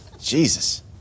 Jesus